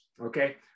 okay